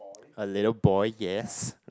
a little boy yes